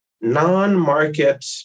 non-market